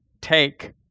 take